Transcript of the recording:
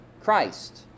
Christ